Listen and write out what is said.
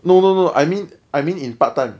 no no no I mean I mean in part time